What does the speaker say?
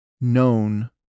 known